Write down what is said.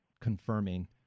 confirming